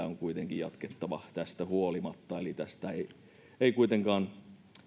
on kuitenkin jatkettava tästä huolimatta eli ei tästä kuitenkaan